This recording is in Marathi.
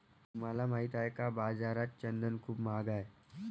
तुम्हाला माहित आहे का की बाजारात चंदन खूप महाग आहे?